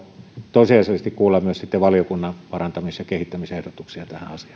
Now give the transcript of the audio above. tosiasiallisesti kuulla myös sitten valiokunnan parantamis ja kehittämisehdotuksia